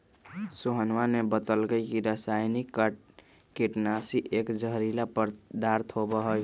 सोहनवा ने बतल कई की रसायनिक कीटनाशी एक जहरीला पदार्थ होबा हई